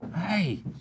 Hey